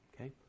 Okay